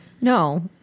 No